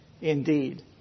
indeed